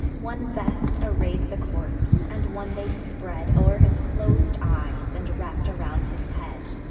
one vest array'd the corpse and one they spread o'er his clos'd eyes, and wrapp'd around his head,